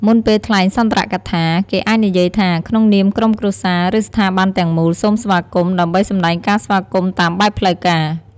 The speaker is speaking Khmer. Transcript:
មុនពេលថ្លែងសុន្ទរកថា គេអាចនិយាយថា «ក្នុងនាមក្រុមគ្រួសារ ឬស្ថាប័នទាំងមូល សូមស្វាគមន៍» ដើម្បីសម្ដែងការស្វាគមន៍តាមបែបផ្លូវការ។